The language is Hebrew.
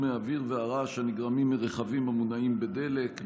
האוויר והרעש הנגרמים מרכבים המונעים בדלק.